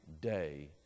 day